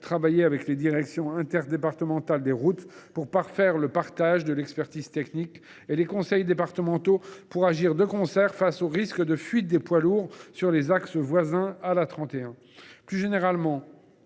travailler avec les directions interdépartementales des routes pour parfaire le partage de l’expertise technique, et avec les conseils départementaux pour agir de concert face aux risques de fuite des poids lourds sur les axes voisins de l’A31. Plus généralement,